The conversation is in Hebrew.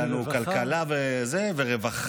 היה לנו כלכלה ורווחה.